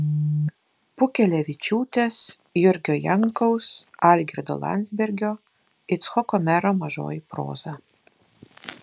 pukelevičiūtės jurgio jankaus algirdo landsbergio icchoko mero mažoji proza